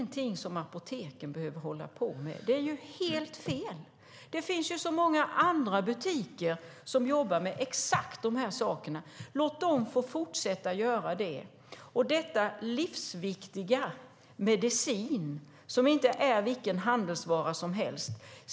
Detta är inget som apoteken behöver hålla på med. Det är helt fel. Det finns så många andra butiker som jobbar med exakt dessa saker. Låt dem få fortsätta göra det. De livsviktiga medicinerna är ingen handelsvara som helst.